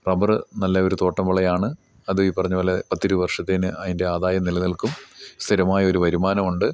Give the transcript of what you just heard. rubber നല്ല ഒരു തോട്ടം വിളയാണ് അത് ഈ പറഞ്ഞതുപോലെ പത്തിരുപത് വർഷത്തേക്ക് അതിൻ്റെ ആദായം നിലനിൽക്കും സ്ഥിരമായ ഒരു വരുമാനം ഉണ്ട്